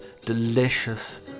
delicious